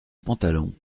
pantalon